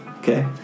Okay